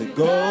go